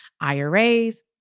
IRAs